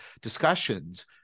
discussions